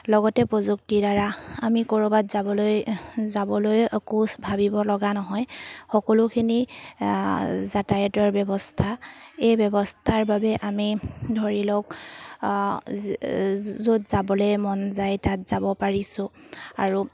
লগতে প্ৰযুক্তিৰ দ্বাৰা আমি ক'ৰবাত যাবলৈ যাবলৈ একো ভাবিব লগা নহয় সকলোখিনি যাতায়তৰ ব্যৱস্থা এই ব্যৱস্থাৰ বাবে আমি ধৰি লওক য'ত যাবলৈ মন যায় তাত যাব পাৰিছোঁ আৰু